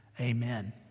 Amen